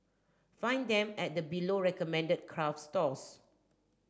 find them at the below recommended craft stores